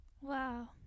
wow